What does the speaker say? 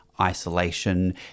isolation